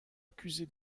accusé